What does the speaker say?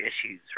issues